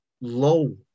low